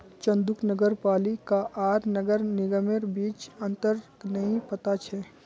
चंदूक नगर पालिका आर नगर निगमेर बीच अंतर नइ पता छ